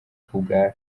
kubwa